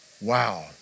Wow